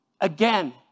Again